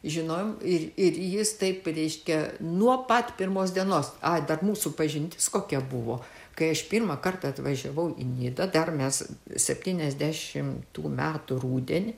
žinojom ir ir jis tai reiškia nuo pat pirmos dienos a dar mūsų pažintis kokia buvo kai aš pirmą kartą atvažiavau į nidą dar mes septyniasdešimtų metų rudenį